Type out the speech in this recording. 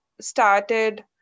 started